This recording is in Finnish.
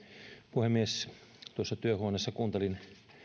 puhemies tuolla työhuoneessa kuuntelin